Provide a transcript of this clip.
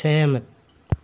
सहमत